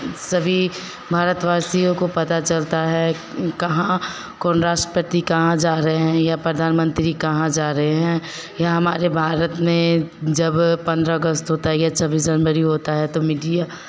सभी भारतवासियों को पता चलता है कहाँ कोन राष्ट्रपति कहाँ जा रहे हैं या प्रधान मंत्री कहाँ जा रहे हैं या हमारे भारत में जब पन्द्रह अगस्त होता है या छब्बीस जनवरी होता है तो मीडिया